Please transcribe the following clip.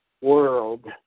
world